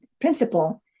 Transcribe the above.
principle